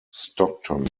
stockton